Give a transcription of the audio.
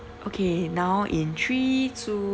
okay now in three two